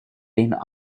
been